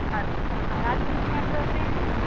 अच्छा माहराजगंज में आप रहते हैं